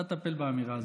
אתה תטפל באמירה הזאת.